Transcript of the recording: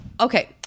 Okay